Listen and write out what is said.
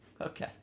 Okay